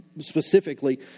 specifically